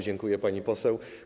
Dziękuję, pani poseł.